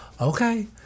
okay